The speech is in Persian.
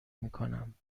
میکنم